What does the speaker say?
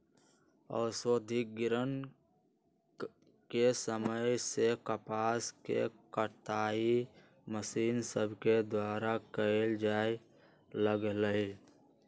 औद्योगिकरण के समय से कपास के कताई मशीन सभके द्वारा कयल जाय लगलई